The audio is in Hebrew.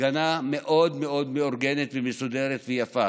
הפגנה מאוד מאוד מאורגנת ומסודרת ויפה.